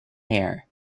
air